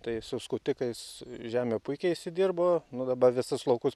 tai su skutikais žemė puikiai įsidirbo nu dabar visus laukus